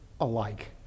alike